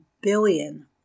billion